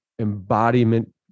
embodiment